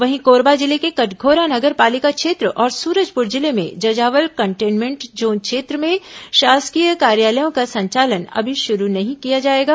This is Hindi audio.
वहीं कोरबा जिले के कटघोरा नगर पालिका क्षेत्र और सुरजपुर जिले में जजावल कंटेनमेंट जोन क्षेत्र में शासकीय कार्यालयों का संचालन अभी शुरू नहीं किया जाएगा